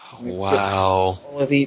Wow